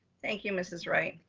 thank you, mrs. wright.